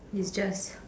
is just